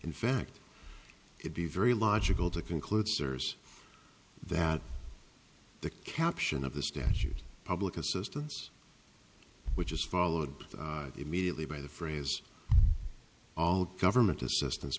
in fact it be very logical to conclude cers that the caption of the statute public assistance which is followed immediately by the phrase all government assistance